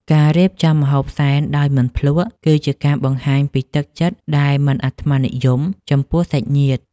ការរៀបចំម្ហូបសែនដោយមិនភ្លក្ស គឺជាការបង្ហាញពីទឹកចិត្តដែលមិនអាត្មានិយមចំពោះសាច់ញាតិ។